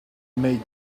may